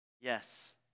Yes